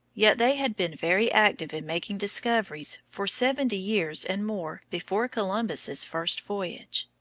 yet they had been very active in making discoveries for seventy years and more before columbus's first voyage.